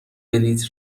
بلیط